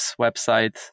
website